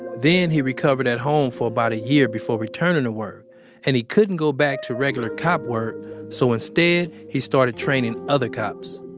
then, he recovered at home for about a year before returning to work and he couldn't go back to regular cop work so, instead he started training other cops